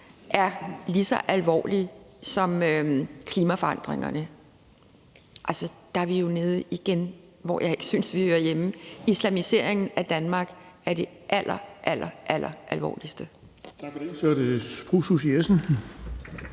er lige så alvorlig som klimaforandringerne, at der er vi jo igen dernede, hvor jeg ikke synes at vi hører hjemme. Islamiseringen af Danmark er det allerallermest alvorlige.